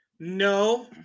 No